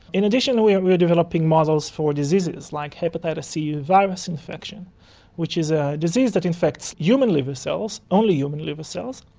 in addition we are we are developing models for diseases, like hepatitis c virus infection which is a disease that infects human liver cells, only human liver cells,